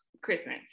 Christmas